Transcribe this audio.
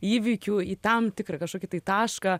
įvykių į tam tikrą kažkokį tai tašką